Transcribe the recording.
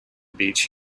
beach